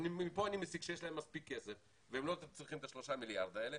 מפה אני מסיק שיש להם מספיק כסף והם לא צריכים את השלושה מיליארד האלה,